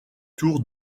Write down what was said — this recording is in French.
tours